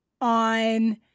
on